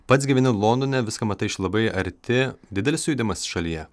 pats gyveni londone viską matai iš labai arti didelis sujudimas šalyje